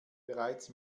bereits